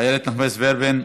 איילת נחמיאס ורבין,